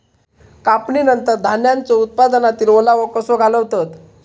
कापणीनंतर धान्यांचो उत्पादनातील ओलावो कसो घालवतत?